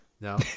no